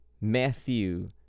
Matthew